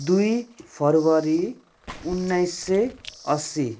दुई फेब्रुअरी उन्नाइस सय असी